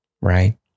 right